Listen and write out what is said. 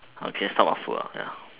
okay some of are food ah ya